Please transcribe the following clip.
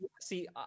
see